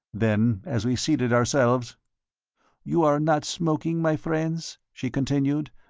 then, as we seated ourselves you are not smoking, my friends, she continued,